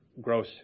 Gross